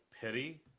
pity